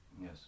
Yes